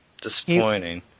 disappointing